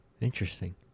Interesting